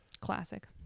classic